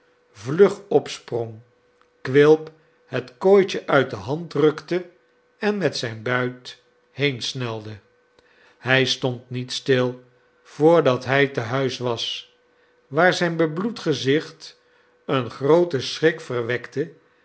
vlug opsprong quilp het kooitje uit de hand rukte en met zijn buit heensnelde hij stond niet stil voordat hij te huis was waar zijn bebloed gezicht een grooten schrik verwekte